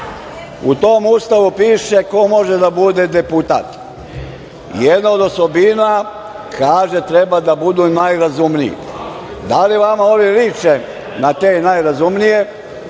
U tom Ustavu piše ko može da bude deputat. Jedna od osobina kaže treba da budu najrazumniji. Da li ovi vama liče na te najrazumnije,